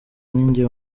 ninjye